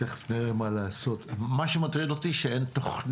מה שמטריד אותי הוא שאין תוכנית